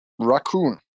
raccoon